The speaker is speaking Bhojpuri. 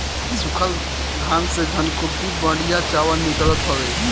सूखल धान से धनकुट्टी बढ़िया चावल निकालत हवे